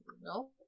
No